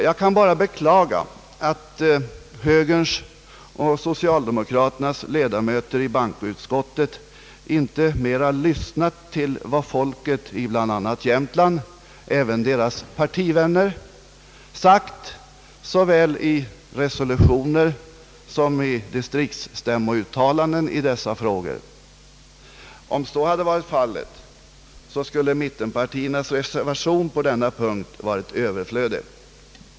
Jag kan bara beklaga att högerns och socialdemokraternas ledamöter i bankoutskottet inte mera har lyssnat till vad folket — i bl.a. Jämtland, även deras partivänner — har sagt såväl i resolutioner som i distriktsstämmouttalanden i dessa frågor. Om så hade varit fallet skulle mittenpartiernas reservation på denna punkt varit överflödig.